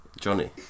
Johnny